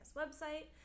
website